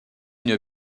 une